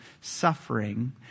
suffering